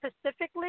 specifically